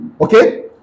Okay